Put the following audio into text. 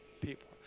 people